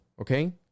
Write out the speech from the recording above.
okay